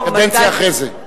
קדנציה אחרי זה,